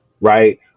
right